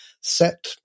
Set